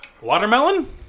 Watermelon